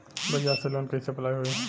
बजाज से लोन कईसे अप्लाई होई?